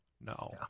no